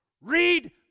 Read